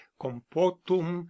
compotum